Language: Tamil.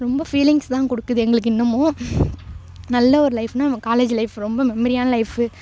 ரொம்ப ஃபீலிங்ஸ் தான் கொடுக்குது எங்களுக்கு இன்னுமும் நல்ல ஒரு லைஃப்னா நம்ம காலேஜ் லைஃப் ரொம்ப மெமரியான லைஃபு